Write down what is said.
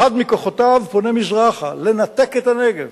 אחד מכוחותיו פונה מזרחה לנתק את הנגב.